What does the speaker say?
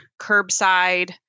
curbside